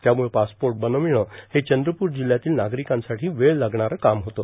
त्यामुळं पासपोट बर्नावणं हे चंद्रपूर जिल्ह्यातील नार्गारकांसाठी वेळ लागणारं काम होतं